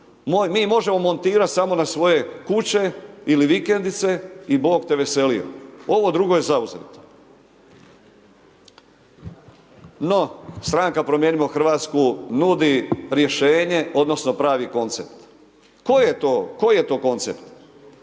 Mi možemo montirati samo na svoje kuće ili vikendice i Bog te veselio, ovo drugo je zauzeto. No, stranka Promijenimo Hrvatsku nudi rješenje, odnosno pravi koncept. Koji je to koncept?